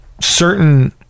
Certain